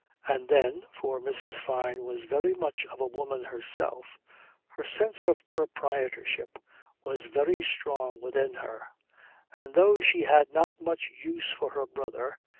and then for mrs. fyne was very much of a woman herself her sense of proprietorship was very strong within her and though she had not much use for her brother,